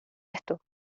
esto